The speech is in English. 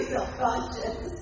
self-conscious